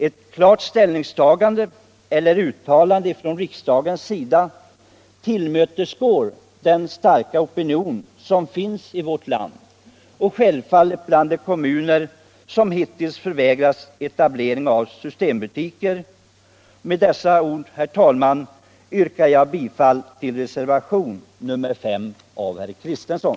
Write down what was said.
Ett klart uttalande från riksdagen skulle kunna tillmötesgå den starka opinion som finns i vårt land, särskilt i de kommuner som hittills förvägrats etablering av systembutiker. Med dessa ord, herr talman, yrkar jag bifall till reservationen 5 av herr Kristenson.